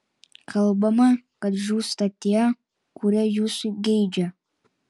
kalbama kad žūsta tie kurie jūsų geidžia